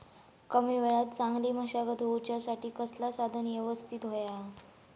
कमी वेळात चांगली मशागत होऊच्यासाठी कसला साधन यवस्तित होया?